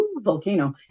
volcano